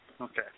Okay